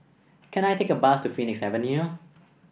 can I take a bus to Phoenix Avenue